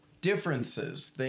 differences